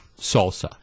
salsa